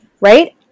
right